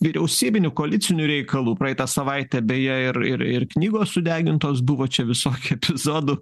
vyriausybinių koalicinių reikalų praeitą savaitę beje ir ir ir knygos sudegintos buvo čia visokių epizodų